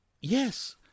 yes